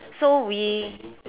so we